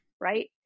Right